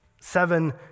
seven